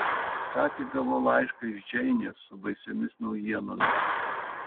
ką tik gavau laišką iš džeinės su baisiomis naujienomis